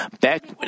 Back